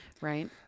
Right